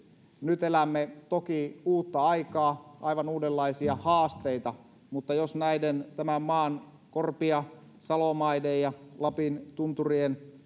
nyt elämme toki uutta aikaa aivan uudenlaisia haasteita mutta jos näiden tämän maan korpi ja salomaiden ja lapin tunturien